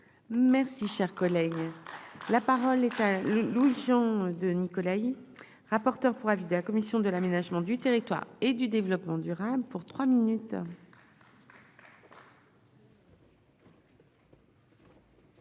merci, cher collègue, la parole est à Louis-Jean de Nicolaï, rapporteur pour avis de la commission de l'aménagement du territoire et du développement durable pour trois minutes.